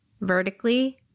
vertically